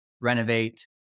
renovate